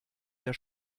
der